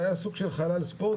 זה היה סוג של אולם ספורט,